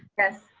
yes.